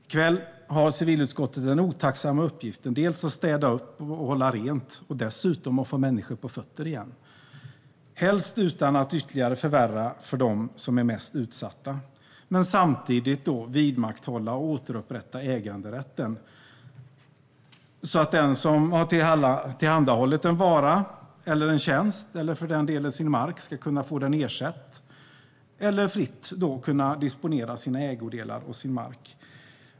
I kväll har civilutskottet den otacksamma uppgiften att dels städa upp och hålla rent, dels få människor på fötter igen, helst utan att ytterligare förvärra för de mest utsatta. Samtidigt ska äganderätten vidmakthållas och återupprättas så att den som har tillhandahållit en vara eller en tjänst eller för den delen sin mark ska kunna få ersättning eller fritt disponera sina ägodelar och sin mark.